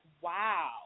wow